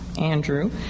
Andrew